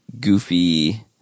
goofy